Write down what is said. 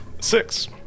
Six